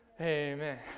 Amen